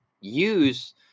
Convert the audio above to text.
use